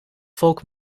volk